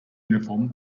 uniform